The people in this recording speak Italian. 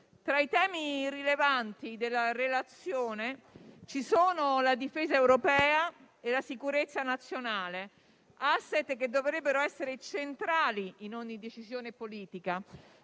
Tra i temi rilevanti della relazione ci sono la difesa europea e la sicurezza nazionale, *asset* che dovrebbero essere centrali in ogni decisione politica.